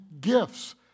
gifts